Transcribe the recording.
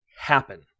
happen